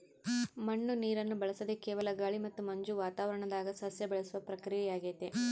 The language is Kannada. ಮಣ್ಣು ನೀರನ್ನು ಬಳಸದೆ ಕೇವಲ ಗಾಳಿ ಮತ್ತು ಮಂಜು ವಾತಾವರಣದಾಗ ಸಸ್ಯ ಬೆಳೆಸುವ ಪ್ರಕ್ರಿಯೆಯಾಗೆತೆ